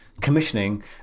commissioning